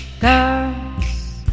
girls